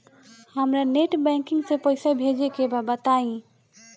हमरा net banking से पईसा भेजे के बा बताई?